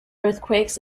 earthquakes